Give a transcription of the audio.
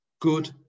good